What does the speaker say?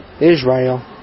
Israel